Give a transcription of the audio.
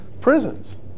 prisons